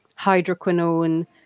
hydroquinone